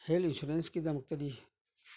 health ꯏꯟꯁꯨꯔꯦꯟꯁꯀꯤꯗꯃꯛꯇꯗꯤ